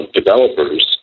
developers